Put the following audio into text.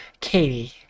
Katie